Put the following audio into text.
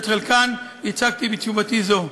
שאת חלקן הצגתי בתשובתי זו,